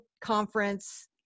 conference